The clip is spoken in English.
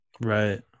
Right